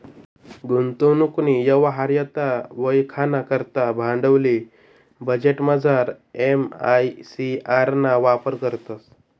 गुंतवणूकनी यवहार्यता वयखाना करता भांडवली बजेटमझार एम.आय.सी.आर ना वापर करतंस